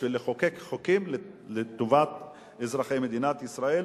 בשביל לחוקק חוקים לטובת אזרחי מדינת ישראל.